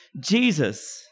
jesus